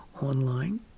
online